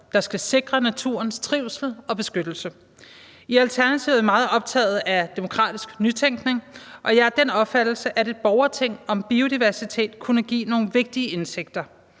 der skal sikre dens trivsel og beskyttelse. I Alternativet er vi meget optaget af demokratisk nytænkning, og jeg er af den opfattelse, at et borgerting om biodiversitet kunne give nogle vigtige indsigter